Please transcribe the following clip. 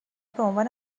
بعنوان